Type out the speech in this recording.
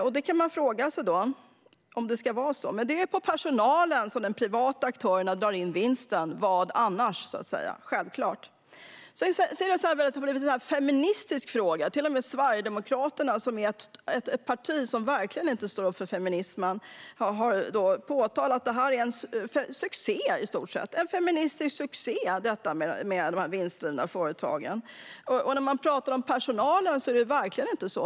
Man kan ju fråga sig om det ska vara så. Men det är på personalen de privata aktörerna drar in vinsten - vad annars? Det är självklart. Det här har också blivit en feministisk fråga; till och med Sverigedemokraterna, som verkligen inte är ett parti som står upp för feminismen, har påstått att det här med vinstdrivna företag i stort sett är en succé - en feministisk succé. När man pratar med personalen får man höra att det verkligen inte är så.